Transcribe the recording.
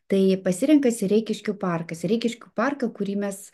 tai pasirenka sereikiškių parką sereikiškių parką kurį mes